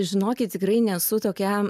žinokit tikrai nesu tokia